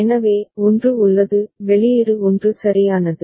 எனவே 1 உள்ளது வெளியீடு 1 சரியானது